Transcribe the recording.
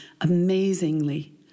amazingly